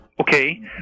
okay